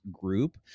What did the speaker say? group